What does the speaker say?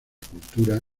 cultura